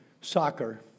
soccer